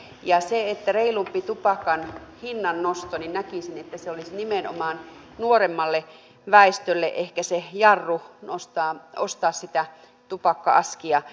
ja näkisin että reilumpi tupakan hinnan nosto olisi nimenomaan nuoremmalle väestölle ehkä se jarru ostaa sitä tupakka askia